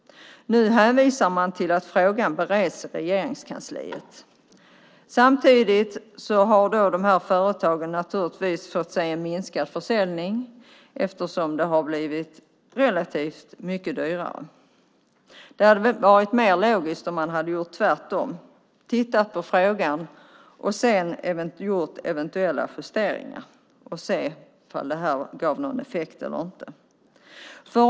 Nu hänvisar man till att frågan bereds i Regeringskansliet. Samtidigt har de här företagen naturligtvis fått se en minskad försäljning eftersom bränslet har blivit relativt mycket dyrare. Det hade väl varit mer logiskt om man hade gjort tvärtom och tittat på frågan och sedan gjort eventuella justeringar för att se om detta gav någon effekt eller inte.